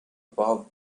about